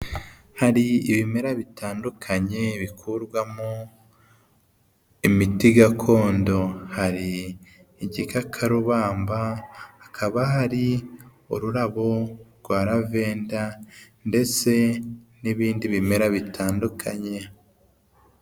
Hari ibimera bitandukanye bikurwamo imiti gakondo, hari igikakarubamba, hakaba hari ururabo rwa ravenda ndetse n'ibindi bimera bitandukanye.